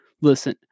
Listen